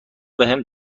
بهم